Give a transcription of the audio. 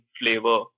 flavor